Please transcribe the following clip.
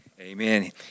Amen